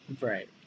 right